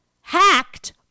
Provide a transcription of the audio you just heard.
hacked